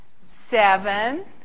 seven